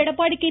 Edappadi K